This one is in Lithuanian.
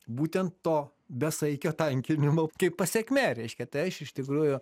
būtent to besaikio tankinimo kaip pasekmė reiškia tai aš iš tikrųjų